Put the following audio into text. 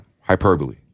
hyperbole